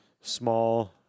small